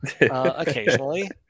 Occasionally